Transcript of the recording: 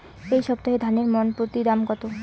এই সপ্তাহে ধানের মন প্রতি দাম কত?